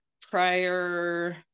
prior